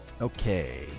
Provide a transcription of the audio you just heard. Okay